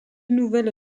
nouvelle